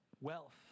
Wealth